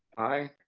aye,